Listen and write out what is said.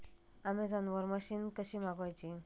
Amazon वरन machine कशी मागवची?